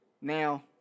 Now